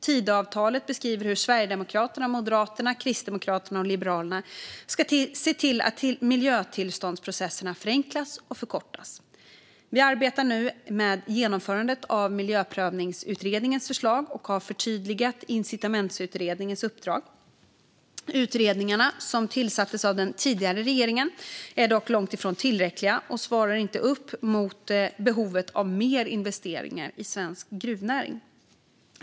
Tidöavtalet beskriver hur Sverigedemokraterna, Moderaterna, Kristdemokraterna och Liberalerna ska se till att miljötillståndsprocesserna förenklas och förkortas. Vi arbetar nu med genomförandet av Miljöprövningsutredningens förslag och har förtydligat Incitamentsutredningens uppdrag. Utredningarna, som tillsattes av den tidigare regeringen, är dock långt ifrån tillräckliga och svarar inte upp mot behovet av mer investeringar i svensk gruvnäring.